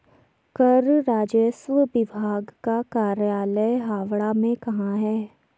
कर राजस्व विभाग का कार्यालय हावड़ा में कहाँ है?